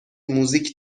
موزیک